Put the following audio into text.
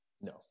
no